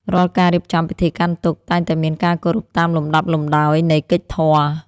រាល់ការរៀបចំពិធីកាន់ទុក្ខ តែងតែមានការគោរពតាមលំដាប់លំដោយនៃកិច្ចធម៌។